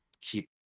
keep